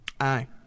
Aye